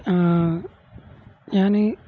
ആ ഞാന്